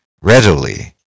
readily